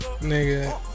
nigga